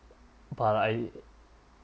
but I